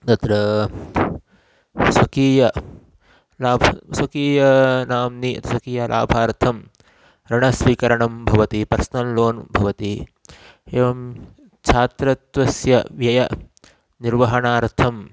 तत्र स्वकीयलाभं स्वकीयनाम्नि स्वकीयलाभार्थम् ऋणस्वीकरणं भवति पर्सनल् लोन् भवति एवं छात्रत्वस्य व्ययस्य निर्वहणार्थं